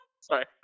Sorry